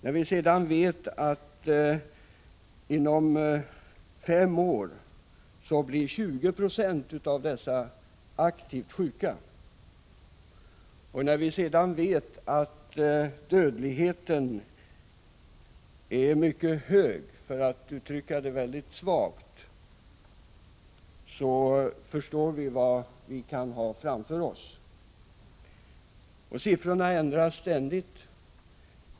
När vi samtidigt vet att 20 90 av dessa har utvecklat sjukdomen inom fem år och att dödligheten bland dem är, för att uttrycka det milt, mycket hög, förstår vi vad vi kan ha framför oss. Siffrorna över antalet drabbade ändras ständigt.